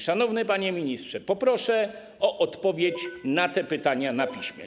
Szanowny panie ministrze, poproszę o odpowiedź na te pytania na piśmie.